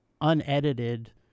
unedited